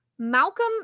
Malcolm